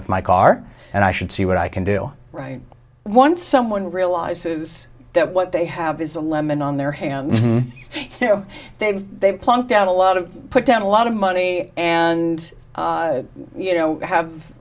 with my car and i should see what i can do right once someone realizes that what they have is a lemon on their hands you know they've they've plunked down a lot of put down a lot of money and you know have